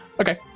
okay